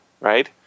Right